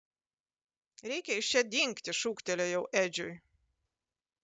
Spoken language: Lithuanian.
reikia iš čia dingti šūktelėjau edžiui